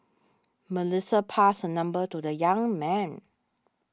Melissa passed her number to the young man